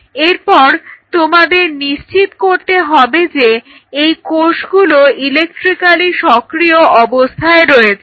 এরপর তোমাদের নিশ্চিত করতে হবে যে এই কোষগুলো ইলেকট্রিক্যালি সক্রিয় অবস্থায় রয়েছে